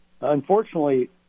Unfortunately